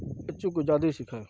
چونکہ زیادہ سیکھے ہیں